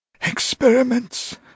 Experiments